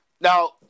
now